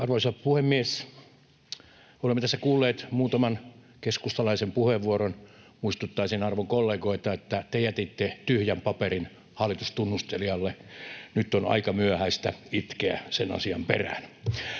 Arvoisa puhemies! Olemme tässä kuulleet muutaman keskustalaisen puheenvuoron. Muistuttaisin arvon kollegoita, että te jätitte tyhjän paperin hallitustunnustelijalle, nyt on aika myöhäistä itkeä sen asian perään.